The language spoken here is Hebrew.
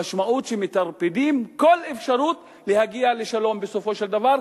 המשמעות היא שמטרפדים כל אפשרות להגיע לשלום בסופו של דבר,